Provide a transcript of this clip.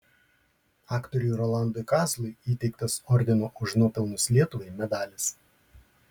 aktoriui rolandui kazlui įteiktas ordino už nuopelnus lietuvai medalis